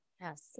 Yes